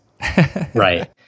Right